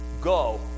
Go